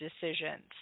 decisions